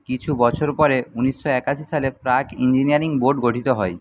কিছু বছর পরে ঊনিশো একাশি সালে প্রাক ইঞ্জিনিয়ারিং বোর্ড গঠিত হয়